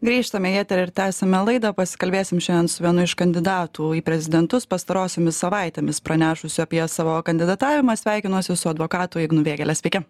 grįžtame į eterį ir tęsiame laidą pasikalbėsim šiandien su vienu iš kandidatų į prezidentus pastarosiomis savaitėmis pranešusiu apie savo kandidatavimą sveikinuosi su advokatu ignu vėgėle sveiki